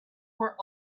were